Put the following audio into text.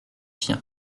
chiens